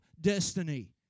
destiny